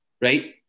right